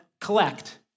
collect